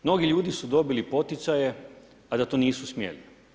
Mnogi ljudi su dobili poticaje, a da to nisu smjeli.